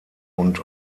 und